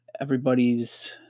everybody's